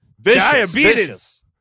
Diabetes